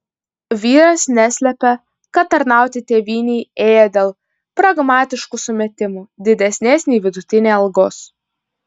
vyras neslepia kad tarnauti tėvynei ėjo dėl pragmatiškų sumetimų didesnės nei vidutinė algos